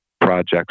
projects